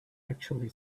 actually